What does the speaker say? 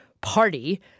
party